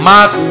Mark